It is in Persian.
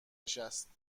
نشست